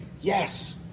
yes